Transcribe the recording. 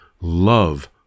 Love